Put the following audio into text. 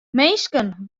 minsken